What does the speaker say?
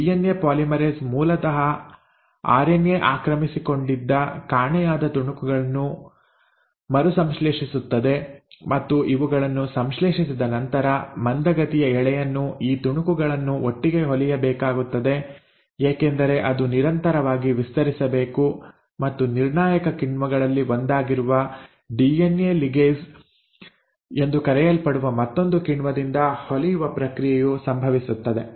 ಈ DNA polymerase ಮೂಲತಃ RNA ಆಕ್ರಮಿಸಿಕೊಂಡಿದ್ದ ಕಾಣೆಯಾದ ತುಣುಕುಗಳನ್ನು ಮರು ಸಂಶ್ಲೇಷಿಸುತ್ತದೆ ಮತ್ತು ಇವುಗಳನ್ನು ಸಂಶ್ಲೇಷಿಸಿದ ನಂತರ ಮಂದಗತಿಯ ಎಳೆಯನ್ನು ಈ ತುಣುಕುಗಳನ್ನು ಒಟ್ಟಿಗೆ ಹೊಲಿಯಬೇಕಾಗುತ್ತದೆ ಏಕೆಂದರೆ ಅದು ನಿರಂತರವಾಗಿ ವಿಸ್ತರಿಸಬೇಕು ಮತ್ತು ನಿರ್ಣಾಯಕ ಕಿಣ್ವಗಳಲ್ಲಿ ಒಂದಾಗಿರುವ ಡಿಎನ್ಎ ಲಿಗೇಸ್ ಎಂದು ಕರೆಯಲ್ಪಡುವ ಮತ್ತೊಂದು ಕಿಣ್ವದಿಂದ ಹೊಲಿಯುವ ಪ್ರಕ್ರಿಯೆಯು ಸಂಭವಿಸುತ್ತದೆ